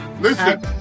Listen